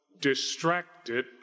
distracted